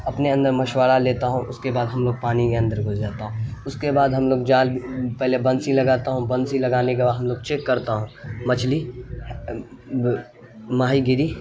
اپنے اندر مشورہ لیتا ہوں اس کے بعد ہم لوگ پانی کے اندر گھس جاتا ہوں اس کے بعد ہم لوگ جال پہلے بنسی لگاتا ہوں بنسی لگانے کے بعد ہم لوگ چیک کرتا ہوں مچھلی ماہی گیری